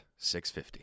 650